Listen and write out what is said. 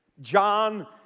John